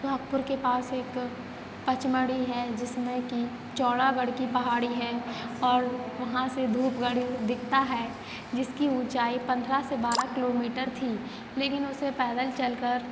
सोहागपुर के पास एक पचमढ़ी है जिसमें कि चौरागढ़ की पहाड़ी है और वहाँ से धूपगढ़ी दिखता है जिसकी ऊँचाई पंद्रह से बारह किलोमीटर थी लेकिन उसे पैदल चलकर